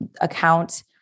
account